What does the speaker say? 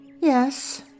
Yes